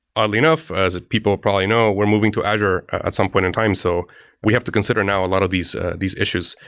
oddly enough, as people probably know, we're moving to azure at some point in time. so we have to consider now a lot of these ah these issues.